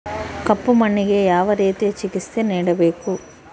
ಕಪ್ಪು ಮಣ್ಣಿಗೆ ಯಾವ ರೇತಿಯ ಚಿಕಿತ್ಸೆ ನೇಡಬೇಕು?